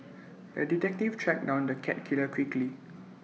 the detective tracked down the cat killer quickly